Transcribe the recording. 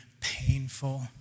painful